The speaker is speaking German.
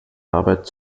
arbeit